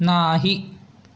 नाही